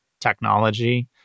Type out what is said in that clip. technology